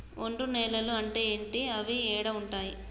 ఒండ్రు నేలలు అంటే ఏంటి? అవి ఏడ ఉంటాయి?